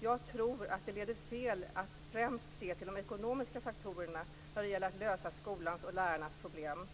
Jag tror att det leder fel att främst se till de ekonomiska faktorerna när det gäller att lösa skolans och lärarnas problem.